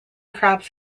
crops